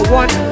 one